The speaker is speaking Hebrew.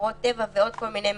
שמורות טבע ועוד כל מיני מקומות,